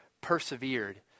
persevered